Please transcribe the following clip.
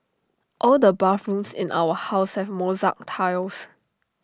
all the bathrooms in our house have mosaic tiles